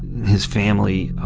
his family,